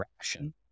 ration